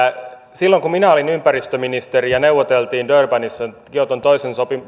silloin kun minä olin ympäristöministeri ja durbanissa neuvoteltiin näistä kioton toisen